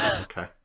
Okay